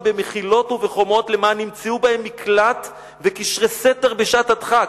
במחילות ובחומות למען ימצאו בהן מקלט וקשרי סתר בשעת הדחק.